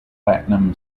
platinum